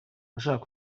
abashaka